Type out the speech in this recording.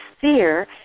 fear